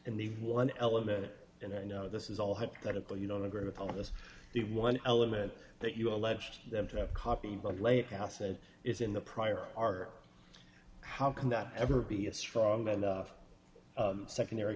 in the one element and i know this is all hypothetical you don't agree with all of this the one element that you alleged them to copy of late house that is in the prior are how can that ever be a strong enough secondary